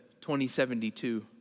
2072